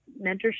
mentorship